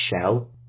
shell